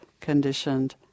conditioned